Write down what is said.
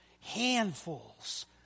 handfuls